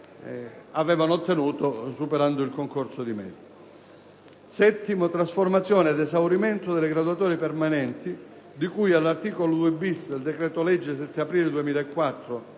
la «trasformazione ad esaurimento delle graduatorie permanenti di cui all'articolo 2-*bis* del decreto legge 7 aprile 2004,